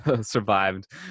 survived